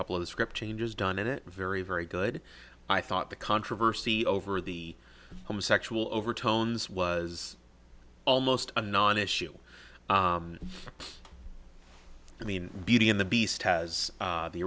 couple of the script changes done it very very good i thought the controversy over the sexual overtones was almost a nonissue i mean beauty and the beast has